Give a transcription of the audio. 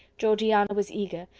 georgiana was eager,